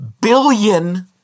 billion